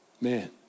Man